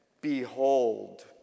Behold